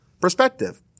perspective